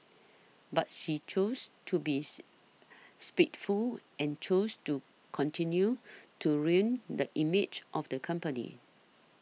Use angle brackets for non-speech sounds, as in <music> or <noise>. but she chose to be <noise> spiteful and chose to continue to ruin the image of the company